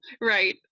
Right